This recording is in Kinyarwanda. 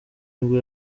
nibwo